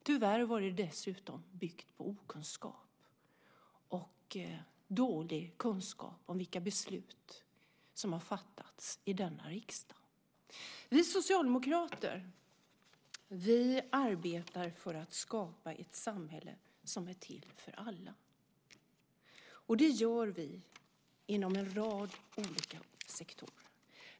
Tyvärr var det dessutom byggt på okunskap och dålig kunskap om vilka beslut som har fattats i denna riksdag. Vi socialdemokrater arbetar för att skapa ett samhälle som är till för alla. Det gör vi inom en rad olika sektorer.